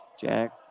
Jack